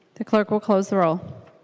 the clerk will close the roll.